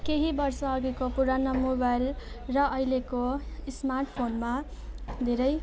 केही वर्षअघिको पुरानो मोबाइल र अहिलेको स्मार्ट फोनमा धेरै